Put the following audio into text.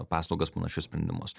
paslaugas panašius sprendimus